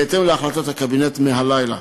בהתאם להחלטת הקבינט מהלילה,